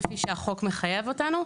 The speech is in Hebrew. כפי שהחוק מחייב אותנו.